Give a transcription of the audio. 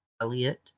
Elliot